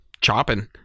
chopping